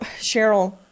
Cheryl